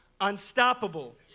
unstoppable